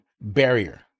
barrier